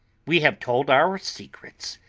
we have told our secrets,